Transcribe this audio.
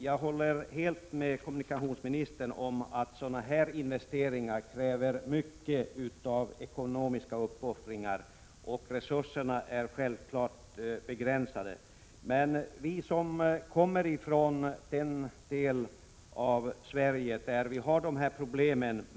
Jag håller helt med kommunikationsministern om att sådana investeringar kräver mycket av ekonomiska uppoffringar och självfallet är resurserna begränsade.